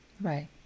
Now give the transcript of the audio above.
Right